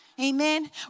Amen